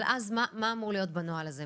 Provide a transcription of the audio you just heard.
אבל אז מה אמור להיות בנוהל הזה?